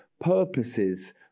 purposes